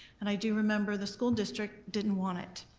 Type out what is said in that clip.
and i do remember the school district didn't want it.